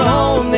on